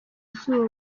izuba